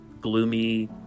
gloomy